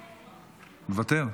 מוותר,